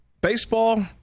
baseball